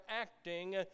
acting